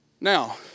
Now